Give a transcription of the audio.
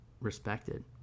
respected